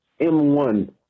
M1